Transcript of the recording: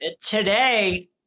today